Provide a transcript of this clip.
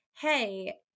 hey